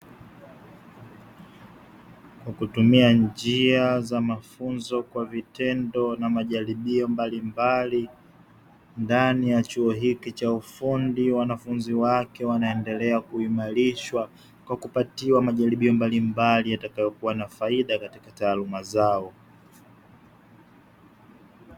Kwa kutumia njia za mafunzo kwa vitendo na majaribio mbalimbali, ndani ya chuo hiki cha ufundi wanafunzi wake wanaendelea kuimarishwa kwa kupatiwa majaribio mbalimbali yatakayokuwa na faida katika taaluma zao.